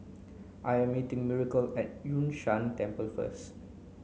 I am meeting Miracle at Yun Shan Temple first